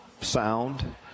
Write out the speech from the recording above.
Sound